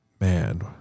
man